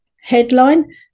headline